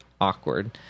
awkward